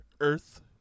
Earth